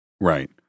Right